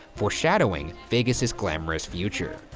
foreshadowing vegas's glamorous future.